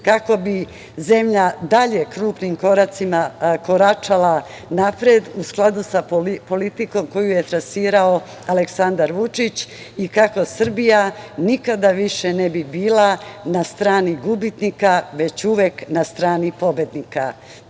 kako bi zemlja dalje krupnim koracima koračala napred, u skladu sa politikom koju je trasirao Aleksandar Vučić i kako Srbija nikada više ne bi bila na strani gubitnika, već uvek na strani pobednika.